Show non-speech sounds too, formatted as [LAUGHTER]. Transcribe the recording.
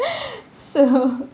[LAUGHS] so